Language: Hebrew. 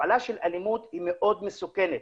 והפעלה של אלימות היא מאוד מסוכנת,